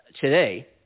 today